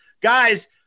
Guys